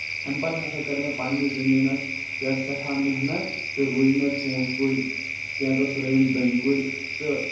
اَمہِ پتہٕ ہسا کٔر مےٚ پنٕنِس زٔمیٖنس پؠٹھ سؠٹھاہ محنت تہٕ روٚے مےٚ ژوٗنٛٹھۍ کُلۍ کینژس رُیِم ڈونۍ کُلۍ تہٕ